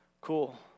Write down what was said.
Cool